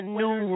new